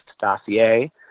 dossier